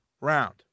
round